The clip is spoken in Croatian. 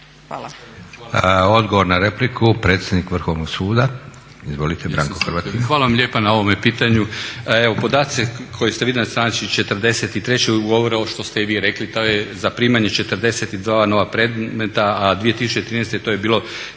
(SDP)** Odgovor na repliku predsjednik Vrhovnog suda. Izvolite Branko Hrvatin. **Hrvatin, Branko** Hvala vam lijepa na ovome pitanju. Evo podaci koje ste vi naznačili 43, govore ovo što ste i vi rekli, to je zaprimanje 42 nova predmeta a 2013.to je bilo